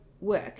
work